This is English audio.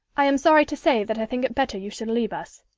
i am sorry to say that i think it better you should leave us.